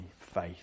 faith